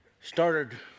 started